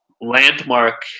landmark